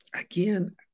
again